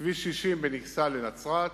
כביש 60 בין אכסאל לנצרת,